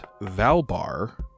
Valbar